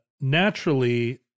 Naturally